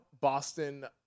Boston